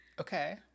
Okay